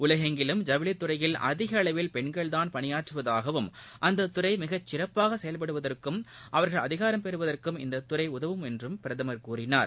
உலகெங்கிலும்ஜவுளித்துறையில்அதிகஅளவில்பெண் கள்தான் பணியாற்றுவதாகவும் அந்ததுறை மிகச்சிறப்பாகசெயல்படுவதற்கும் அவர்கள்அதிகாரம்பெறுவதற்கும்இந்தத்துறைஉதவுவதாக வும் அவர் கூறினார்